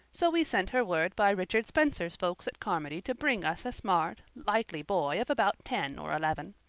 so we sent her word by richard spencer's folks at carmody to bring us a smart, likely boy of about ten or eleven.